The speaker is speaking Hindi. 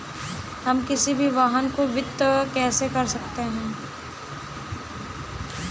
हम किसी भी वाहन को वित्त कैसे कर सकते हैं?